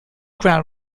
ground